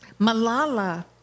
Malala